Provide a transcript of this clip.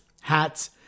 hats